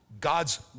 God's